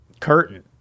Curtain